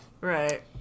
Right